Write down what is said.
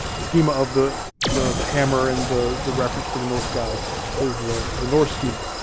the schema of the the hammer and the the reference to the norse gods is the the norse schema.